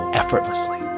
effortlessly